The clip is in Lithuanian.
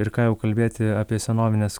ir ką jau kalbėti apie senovines